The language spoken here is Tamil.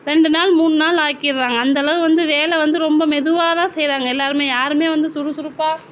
ரெண்டு நாள் மூணு நாள் ஆக்கிடுறாங்க அந்தளவு வந்து வேலை வந்து ரொம்ப மெதுவாகதான் செய்யுறாங்க எல்லாருமே யாருமே வந்து சுறுசுறுப்பாக